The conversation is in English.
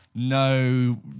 No